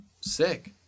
Sick